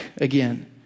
again